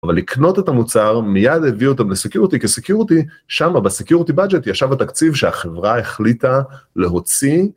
‫אבל לקנות את המוצר, ‫מיד להביא אותם לסקיורטי, ‫כי סקיורטי, שם, בסקיורטי בדג'ט, ‫ישב התקציב שהחברה החליטה להוציא.